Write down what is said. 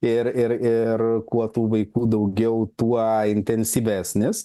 ir ir ir kuo tų vaikų daugiau tuo intensyvesnis